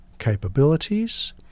capabilities